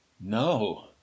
No